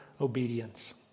obedience